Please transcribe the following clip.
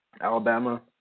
Alabama